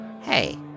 Hey